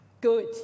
Good